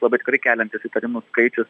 labai tikrai keliantis įtarimų skaičius